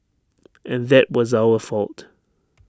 and that was our fault